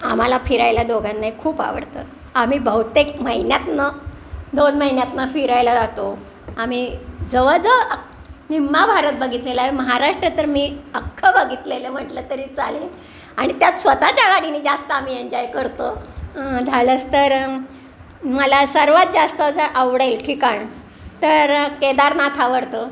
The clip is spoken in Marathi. आम्हाला फिरायला दोघांनाही खूप आवडतं आम्ही बहुतेक महिन्यातनं दोन महिन्यातनं फिरायला जातो आम्ही जवळजवळ अ निम्मा भारत बघितलेलंय महाराष्ट्र तर मी अख्खं बघितलेलं म्हटलं तरी चाले आणि त्यात स्वतःच्या गाडीनी जास्त आम्ही एन्जॉय करतो झालंच तर मला सर्वात जास्त जर आवडेल ठिकाण तर केदारनाथ आवडतं